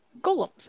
golems